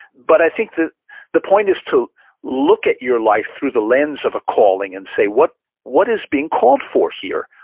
but i think that the point is to look at your life through the lens of a calling and say, what what is being called for here?